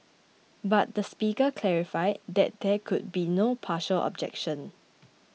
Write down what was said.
but the Speaker clarified that there could be no partial objection